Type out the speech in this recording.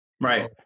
Right